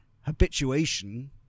habituation